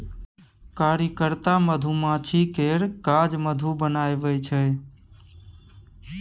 कार्यकर्ता मधुमाछी केर काज मधु बनाएब छै